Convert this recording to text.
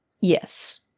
Yes